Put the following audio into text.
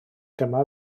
dyma